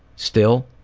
still,